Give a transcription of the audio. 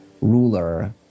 ruler